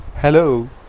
Hello